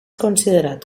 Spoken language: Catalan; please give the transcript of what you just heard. considerat